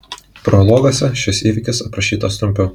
prologuose šis įvykis aprašytas trumpiau